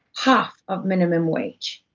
half of minimum wage,